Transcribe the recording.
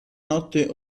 notte